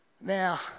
Now